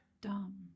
Dumb